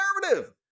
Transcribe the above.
conservative